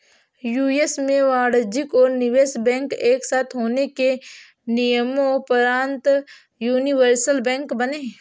US में वाणिज्यिक और निवेश बैंक एक साथ होने के नियम़ोंपरान्त यूनिवर्सल बैंक बने